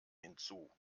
hinzu